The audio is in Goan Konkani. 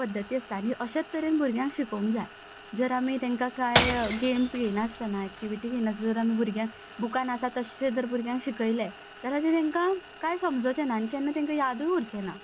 पद्दती आसतात ते अशेच तरेन भुरग्यांक शिकोवंक जाय जर आमी तांकां कांय गेम्स घेयना नासतना एक्टिविटी घेयनासतना जर आमी भुरग्यांक बुकान आसा तश्शें जर भुरग्यांक शिकयलें जाल्यार तें तांकां कांय समजोचें ना आनी तांकां कांय यादय उरचें ना